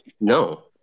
No